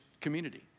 community